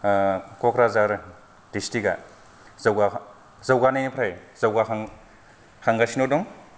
क'क्राझार द्रिष्टिकआ जौगाखां जौगानाय निफ्राय जौगाखां खांगासिनो दं